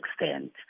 extent